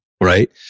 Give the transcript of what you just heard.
right